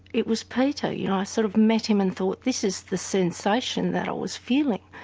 it was peter you know, i sort of met him and thought this is the sensation that i was feeling.